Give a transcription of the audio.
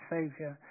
Saviour